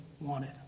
wanted